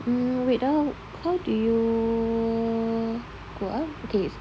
mm wait ah how do you go out okay